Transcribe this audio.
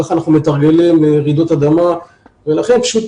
כך אנחנו מתרגלים רעידות אדמה ולכן פשוט